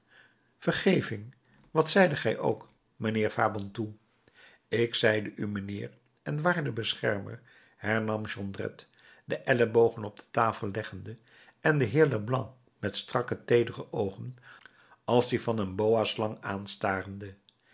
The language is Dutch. vergeving wat zeidet gij ook mijnheer fabantou ik zeide u mijnheer en waarde beschermer hernam jondrette de ellebogen op de tafel leggende en den heer leblanc met strakke teedere oogen als die van een boaslang aanstarende